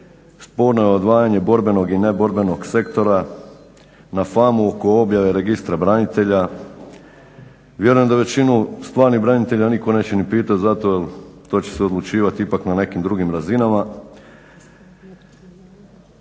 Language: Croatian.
sporno je odvajanje borbenog i neborbenog sektora. Na famu oko objave Registra branitelja vjerujem da većinu stvarnih branitelja nitko neće ni pitati za to jer to će odlučivati ipak na nekim drugim razinama.